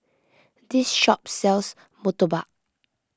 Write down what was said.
this shop sells Murtabak